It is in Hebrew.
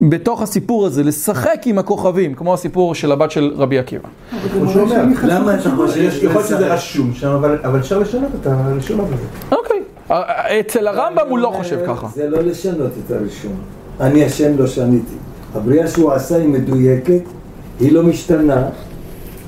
בתוך הסיפור הזה, לשחק עם הכוכבים, כמו הסיפור של הבת של רבי עקיבא. הוא שומע, למה אתה חושב שזה חשוב, אבל אפשר לשנות את הרשימה. אוקיי. אצל הרמב"ם הוא לא חושב ככה. זה לא לשנות את הראשון. אני אשם לא שניתי. הבריאה שהוא עשה היא מדויקת, היא לא משתנה.